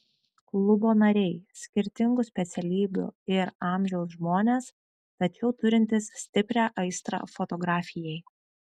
klubo nariai skirtingų specialybių ir amžiaus žmonės tačiau turintys stiprią aistrą fotografijai